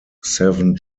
seven